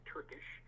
Turkish